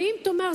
ואם היא תאמר,